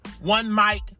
one-mic